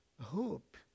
hope